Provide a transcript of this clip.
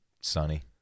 Sunny